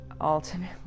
ultimately